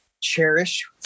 cherish